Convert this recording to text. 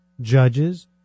judges